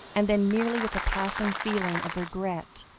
and then merely with a passing feeling of regret,